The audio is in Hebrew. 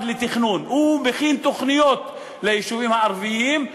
לתכנון: הוא מכין תוכניות ליישובים הערביים,